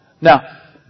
Now